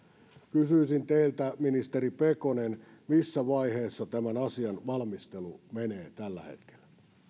kysyisin teiltä ministeri pekonen missä vaiheessa tämän asian valmistelu menee tällä hetkellä